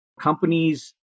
companies